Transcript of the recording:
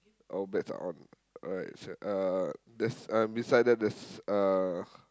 all bets are on alright s~ uh there's a beside them there's uh